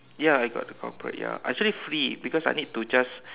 ya I got the corporate ya actually free because I need to just